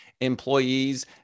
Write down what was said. employees